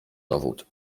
dowód